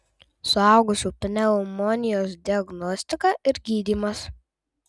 suaugusiųjų pneumonijos diagnostika ir gydymas